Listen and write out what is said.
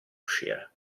uscire